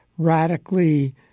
radically